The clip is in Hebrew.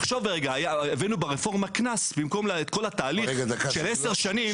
ברפורמה הבאנו קנס במקום כל התהליך של 10 שנים.